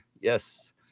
Yes